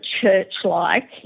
church-like